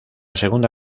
segunda